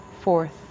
Fourth